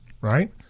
right